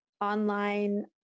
online